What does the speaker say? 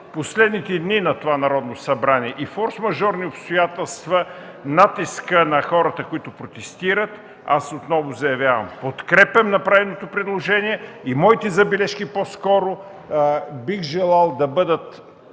последните дни на това Народно събрание и форсмажорни обстоятелства – натискът на хората, които протестират, аз отново заявявам, че подкрепям направеното предложение. Моите забележки по-скоро бих желал да бъдат